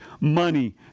money